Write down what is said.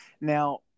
Now